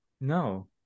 No